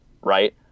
right